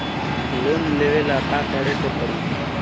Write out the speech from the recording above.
Loan लेवे ला का करे के पड़ी?